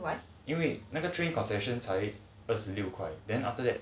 因为那个 train concession 才二十六块 then after that